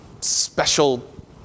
special